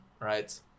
right